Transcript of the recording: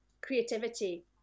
creativity